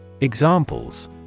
examples